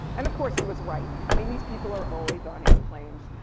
and of course, he was right. i mean these people are always on airplanes.